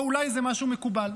או שאולי זה משהו מקובל.